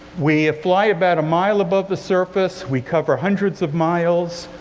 we fly about a mile above the surface. we cover hundreds of miles,